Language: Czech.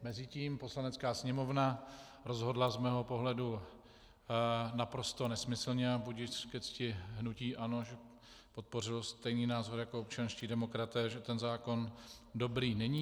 Mezitím Poslanecká sněmovna rozhodla z mého pohledu naprosto nesmyslně, a budiž ke cti hnutí ANO, že podpořilo stejný názor jako občanští demokraté, že ten zákon dobrý není.